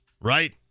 right